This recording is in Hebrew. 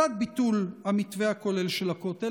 בצד ביטול המתווה הכולל של הכותל,